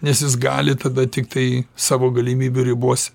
nes jis gali tada tiktai savo galimybių ribose